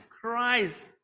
Christ